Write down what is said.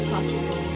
possible